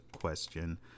question